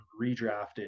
redrafted